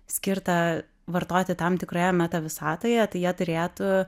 skirtą vartoti tam tikroje meta visatoje tai jie turėtų